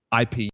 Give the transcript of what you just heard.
IP